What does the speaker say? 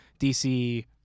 DC